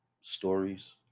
stories